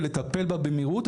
ולטפל בזה במהירות,